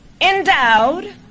endowed